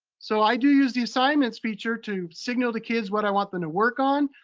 so i do use the assignments feature to signal to kids what i want them to work on.